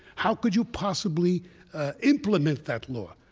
how could you possibly implement that law?